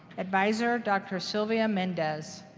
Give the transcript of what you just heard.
advisor, dr. sylvia mendez.